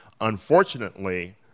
Unfortunately